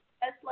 best